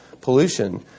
pollution